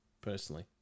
personally